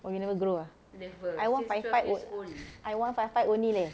oh you never grow ah I one five five on~ I one five five only leh